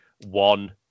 one